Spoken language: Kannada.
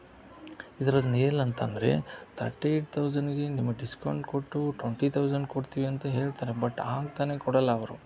ಇದ್ರದ್ದು ಅಂತಂದರೆ ತರ್ಟಿ ಏಟ್ ತೌಸಂಡ್ಗೆ ನಿಮಗೆ ಡಿಸ್ಕೌಂಟ್ ಕೊಟ್ಟು ಟ್ವಂಟಿ ತೌಸಂಡ್ ಕೊಡ್ತೀವಿ ಅಂತ ಹೇಳ್ತಾರೆ ಬಟ್ ಹಾಗೆ ತಾನೇ ಕೊಡೋಲ್ಲ ಅವರು